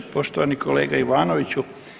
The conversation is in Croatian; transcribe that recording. Poštovani kolega Ivanoviću.